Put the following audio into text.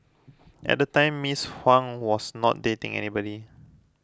at the time Ms Huang was not dating anybody